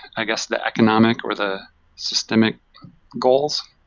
i guess, the economic, or the systemic goals.